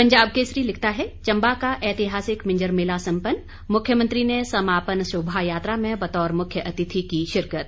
पंजाब केसरी लिखता है चम्बा का ऐतिहासिक मिंजर मेला सम्पन्न मुख्यमंत्री ने समापन शोभायात्रा में बतौर मुख्य अतिथि की शिरकत